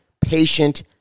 patient